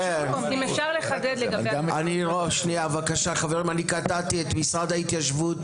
חברים, אני קטעתי את משרד ההתיישבות.